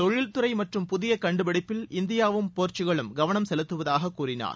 தொழில்துறை மற்றும் புதிய கண்டுபிடிப்பில் இந்தியாவும் போர்க்கக்கலும் கவனம் செலுத்துவதாக கூறினார்